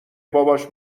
باباش